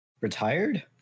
retired